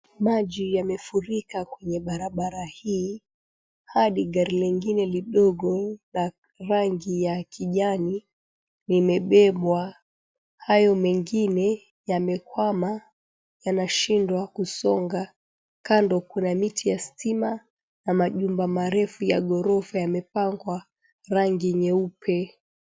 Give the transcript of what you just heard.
Maji yamefurika kwenye barabara hii hadi gari lingine lidogo la rangi ya kijani limebebwa. Hayo mengine yamekwama. Yanashindwa kusonga. Kando kuna miti ya stima na majumba marefu ya gorofa yamepakwa rangi nyeupe.